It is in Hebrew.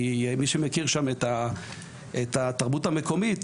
כי מי שמכיר שם את התרבות המקומית,